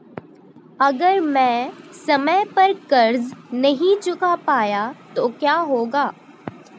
अगर मैं समय पर कर्ज़ नहीं चुका पाया तो क्या होगा?